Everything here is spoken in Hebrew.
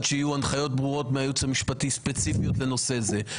שיהיו הנחיות ברורות מהייעוץ המשפטי שהן ספציפיות לנושא זה.